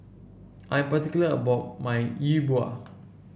I'm particular about my Yi Bua